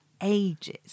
ages